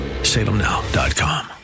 salemnow.com